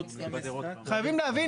חייבים להבין,